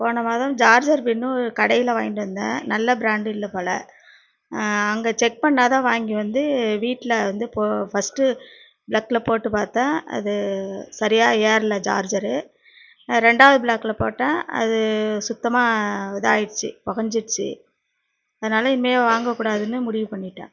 போன மாதம் சார்ஜர் பின் கடையில் வாங்கிட்டு வந்தேன் நல்ல பிராண்டு இல்லை போகல அங்கே செக் பண்ணாத வாங்கி வந்து வீட்டில வந்து போ ஃபஸ்ட் பிளக்ல போட்டு பார்த்தேன் அது சரியா ஏறலை சார்ஜரு ரெண்டாவது பிளக்ல போட்டேன் அது சுத்தமாக இதாகிடுச்சி புகஞ்சிடுச்சி அதனால இனிமேல் வாங்க கூடாதுன்னு முடிவு பண்ணிட்டேன்